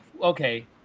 okay